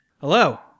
hello